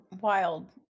Wild